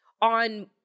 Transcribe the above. on